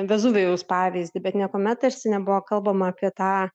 vezuvijaus pavyzdį bet niekuomet tarsi nebuvo kalbama apie tą